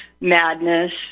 madness